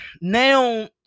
now